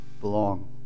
belong